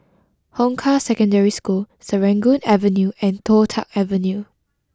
Hong Kah Secondary School Serangoon Avenue and Toh Tuck Avenue